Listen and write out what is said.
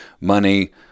money